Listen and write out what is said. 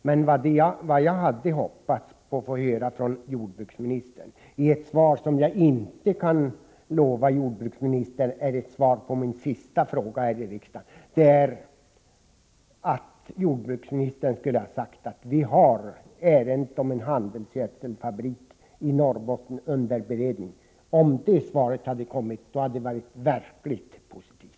Men vad jag hade hoppats att få höra från jordbruksministern, i ett svar som jag inte kan lova jordbruksministern är svaret på min sista fråga här i riksdagen, var att ärendet om en handelsgödselfabrik i Norrbotten är under beredning. Om det svaret hade kommit, hade det varit verkligt positivt.